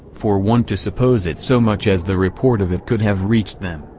for one to suppose it so much as the report of it could have reached them,